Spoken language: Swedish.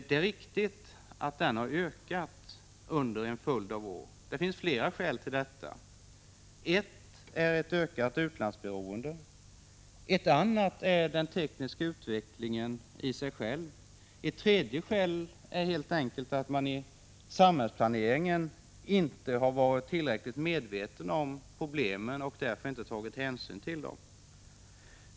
Det är riktigt att den har ökat under en följd av år. Det finns flera skäl till detta. Ett är ökat utlandsberoende. Ett annat är den tekniska utvecklingen i sig. Ett tredje skäl är helt enkelt att man i samhällsplaneringen inte har varit tillräckligt medveten om problemen och därför inte har tagit hänsyn till dem.